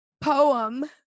poem